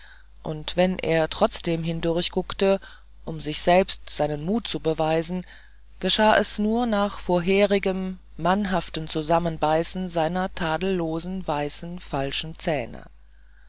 und wenn er trotzdem hindurch guckte um sich selbst seinen mut zu beweisen geschah es nur nach vorherigem mannhaften zusammenbeißen seiner tadellosen weißen falschen zähne